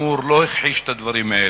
כאמור, הוא לא הכחיש את הדברים האלה,